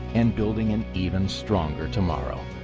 and building an even stronger tomorrow.